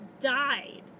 died